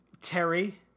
Terry